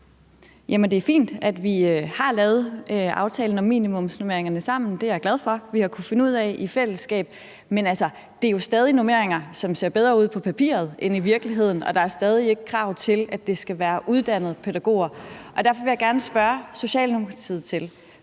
det er fint, at vi har lavet aftalen om minimumsnormeringerne sammen. Det er jeg glad for vi har kunnet finde ud af i fællesskab. Men det er jo stadig normeringer, som ser bedre ud på papiret end i virkeligheden, og der er stadig ikke krav til, at det skal være uddannede pædagoger. Derfor vil jeg gerne spørge Socialdemokratiet: